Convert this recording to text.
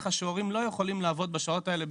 ככה שהורים לא יכולים לעבוד בשעות האלה,